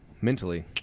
mentally